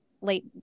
late